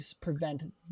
prevent